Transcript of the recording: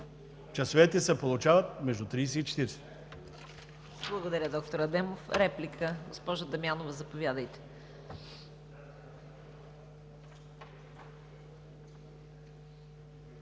часовете се получават между 30 и 40.